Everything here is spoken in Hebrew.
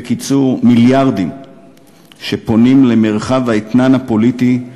בקיצור, מיליארדים שפונים למרחב האתנן הפוליטי,